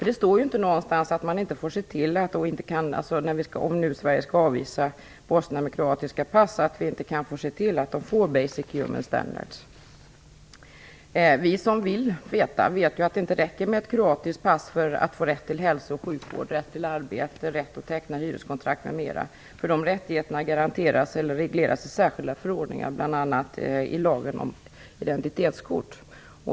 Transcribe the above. Det står ju inte någonstans att, om Sverige nu skall avvisa bosnier med kroatiska pass, vi inte kan se till att dessa bosnier får "basic human standards". Vi som vill veta vet ju att det inte räcker med ett kroatiskt pass för att få rätt till hälso och sjukvård, rätt till arbete, rätt att teckna hyreskontrakt m.m. Dessa rättigheter regleras ju i särskilda förordningar, bl.a. i lagen om identitetskort.